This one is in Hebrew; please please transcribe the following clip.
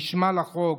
נשמע לחוק,